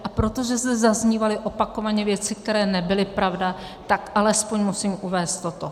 A protože zde zaznívaly opakovaně věci, které nebyly pravda, tak alespoň musím uvést toto.